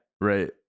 right